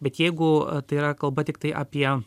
bet jeigu tai yra kalba tiktai apie